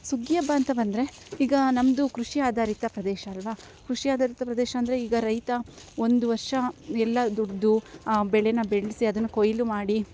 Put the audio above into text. ಸುಗ್ಗಿ ಹಬ್ಬ ಅಂತ ಬಂದರೆ ಈಗ ನಮ್ಮದು ಕೃಷಿ ಆಧಾರಿತ ಪ್ರದೇಶ ಅಲ್ವಾ ಕೃಷಿ ಆಧಾರಿತ ಪ್ರದೇಶ ಅಂದರೆ ಈಗ ರೈತ ಒಂದು ವರ್ಷ ಎಲ್ಲ ದುಡಿದು ಆ ಬೆಳೆನ ಬೆಳೆಸಿ ಅದನ್ನ ಕೊಯ್ಲು ಮಾಡಿ